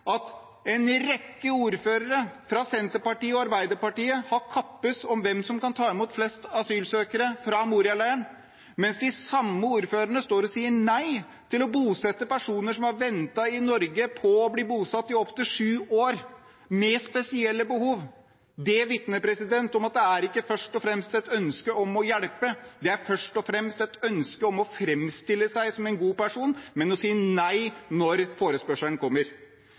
at en rekke ordførere fra Senterpartiet og Arbeiderpartiet har kappes om hvem som kan ta imot flest asylsøkere fra Moria-leiren, mens de samme ordførerne står og sier nei til å bosette personer med spesielle behov som i opptil sju år har ventet i Norge på å bli bosatt. Det vitner om at det ikke først og fremst er et ønske om å hjelpe, men det er først og fremst et ønske om å framstille seg selv som en god person, men å si nei når forespørselen kommer.